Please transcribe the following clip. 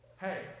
Hey